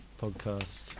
podcast